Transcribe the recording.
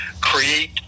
create